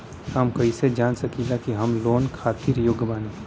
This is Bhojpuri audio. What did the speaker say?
हम कईसे जान सकिला कि हम लोन खातिर योग्य बानी?